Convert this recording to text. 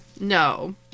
No